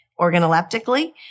organoleptically